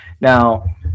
Now